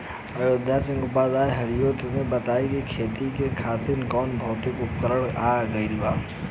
अयोध्या सिंह उपाध्याय हरिऔध के बतइले कि खेती करे खातिर अब भौतिक उपकरण आ गइल बा